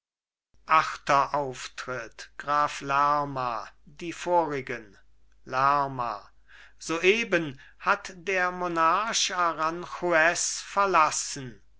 achter auftritt vorige graf lerma lerma soeben hat der monarch aranjuez verlassen